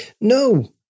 no